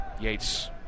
Yates